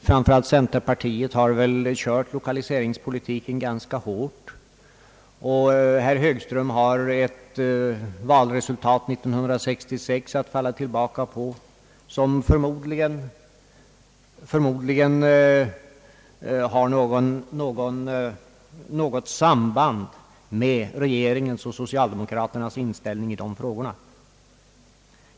Framför allt centerpartiet har ju drivit lokaliseringspolitiken ganska hårt, och herr Högström har ett valresultat från 1966 att falla tillbaka på som förmodligen har något samband med regeringens och socialdemokraternas inställning i dessa frågor.